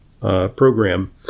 program